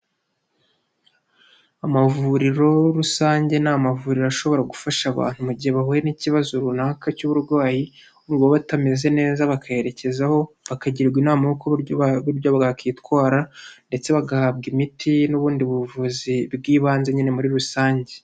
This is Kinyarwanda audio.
Amavuriro rusange ni amavuriro ashobora gufasha abantu mu gihe bahuye n'ikibazo runaka cy'uburwayi baba batameze neza bakayerekezaho bakagirwa inama yo ku buryo barya bakwitwara ndetse bagahabwa imiti n'ubundi buvuzi bw'ibanze nyine muri rusange.